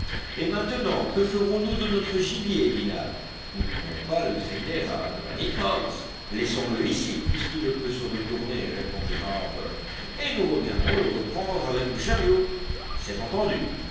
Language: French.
et maintenant que ferons-nous de notre gibier dit nab nous ne pouvons pas le traîner à granite house laissons-le ici puisqu'il ne peut se retourner répondit harbert et nous reviendrons le reprendre avec le chariot c'est entendu